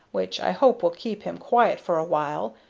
which i hope will keep him quiet for a while,